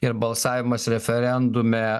ir balsavimas referendume